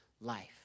life